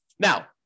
Now